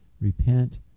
repent